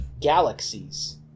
galaxies